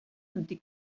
antic